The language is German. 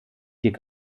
dick